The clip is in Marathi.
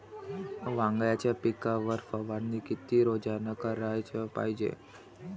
वांग्याच्या पिकावर फवारनी किती रोजानं कराच पायजे?